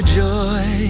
joy